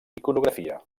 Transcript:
iconografia